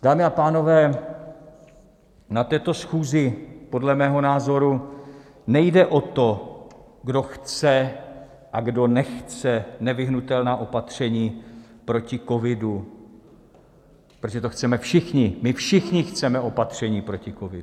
Dámy a pánové, na této schůzi podle mého názoru nejde o to, kdo chce a kdo nechce nevyhnutelná opatření proti covidu, protože to chceme všichni, my všichni chceme opatření proti covidu.